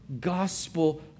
gospel